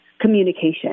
communication